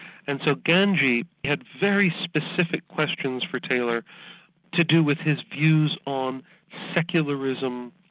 and so ganji had very specific questions for taylor to do with his views on secularism,